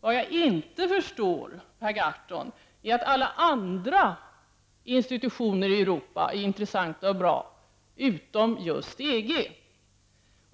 Vad jag inte förstår, Per Gahrton, är att alla institutioner i Europa är intressanta och bra utom just EG.